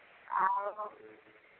ଆଉ